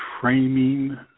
framing